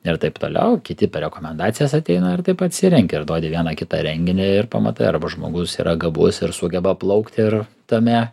ir taip toliau kiti per rekomendacijas ateina ir taip atsirenki ir duodi vieną kitą renginį ir pamatai arba žmogus yra gabus ir sugeba plaukti ir tame